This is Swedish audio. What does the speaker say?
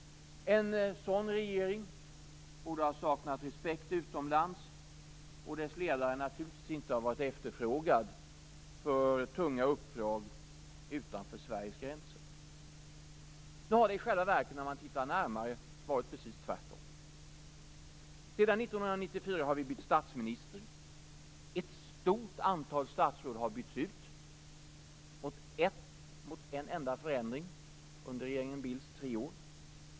En sådan regering borde ha saknat respekt utomlands och dess ledare borde naturligtvis inte ha varit efterfrågad för tunga uppdrag utanför Sveriges gränser. Nu har det i själva verket, när man tittar närmare, varit precis tvärtom. Sedan 1994 har vi bytt statsminister. Ett stort antal statsråd har bytts ut - mot en enda förändring under regeringen Bildts tre år.